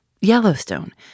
Yellowstone